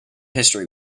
history